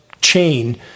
chain